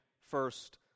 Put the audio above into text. first